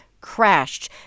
crashed